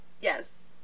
yes